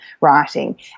writing